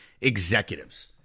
executives